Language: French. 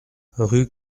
rue